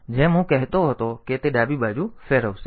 તેથી જેમ હું કહેતો હતો કે તે ડાબી બાજુ ફેરવશે